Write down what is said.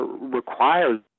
requires